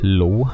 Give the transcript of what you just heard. low